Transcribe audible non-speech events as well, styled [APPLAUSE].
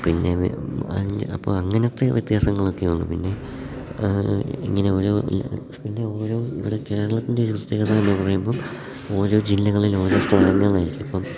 പിന്നെ അപ്പോൾ അങ്ങനത്തെ വ്യത്യാസങ്ങൾ ഒക്കെയുണ്ട് പിന്നെ ഇങ്ങനെ ഓരോ [UNINTELLIGIBLE] കേരളത്തിൻ്റെ പ്രത്യേകത എന്നു പറയുമ്പോൾ ഓരോ ജില്ലകളിലും ഓരോ സ്ലാങ്ങുകളായിരിക്കും ഇപ്പം